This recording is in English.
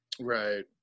Right